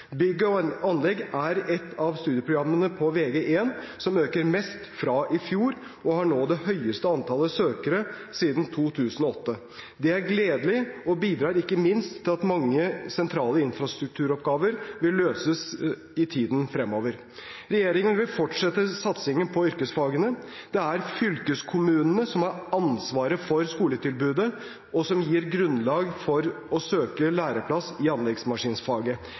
anlegg er et av studieprogrammene på Vg1 som øker mest fra i fjor, og har nå det høyeste antall søkere siden 2008. Det er gledelig og bidrar ikke minst til at mange sentrale infrastrukturoppgaver vil løses i tiden fremover. Regjeringen vil fortsette satsingen på yrkesfagene. Det er fylkeskommunene som har ansvaret for skoletilbudet som gir grunnlag for å søke læreplass i anleggsmaskinfaget.